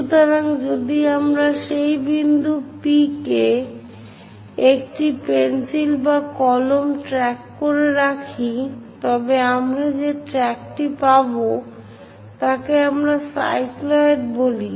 সুতরাং যদি আমরা সেই বিন্দু P তে একটি পেন্সিল বা কলম ট্র্যাক করে রাখি তবে আমরা যে ট্র্যাকটি পাব তাকে আমরা সাইক্লয়েড বলি